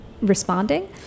responding